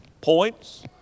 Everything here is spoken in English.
points